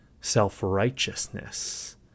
self-righteousness